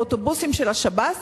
באוטובוסים של השב"ס,